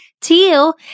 Teal